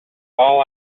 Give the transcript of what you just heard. all